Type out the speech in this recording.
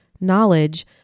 knowledge